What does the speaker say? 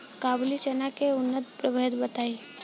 काबुली चना के उन्नत प्रभेद बताई?